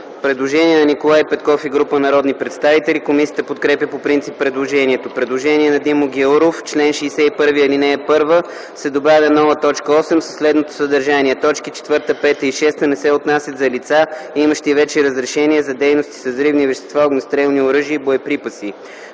предложение на Николай Петков и група народни представители. Комисията подкрепя по принцип предложението. Предложение на Димо Гяуров – в чл. 61 ал. 1 се добавя нова т. 8 със следното съдържание: „Точки 4, 5 и 6 не се отнасят за лицата имащи вече разрешение за дейности с взривни вещества, огнестрелни оръжия и боеприпаси.”